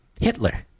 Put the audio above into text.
Hitler